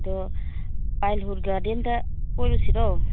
ꯑꯗꯣ pine wood ꯒꯥꯔꯗꯦꯟꯗ ꯀꯣꯏꯔꯨꯁꯤꯔꯣ